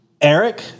Eric